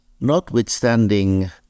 notwithstanding